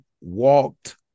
walked